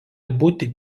būti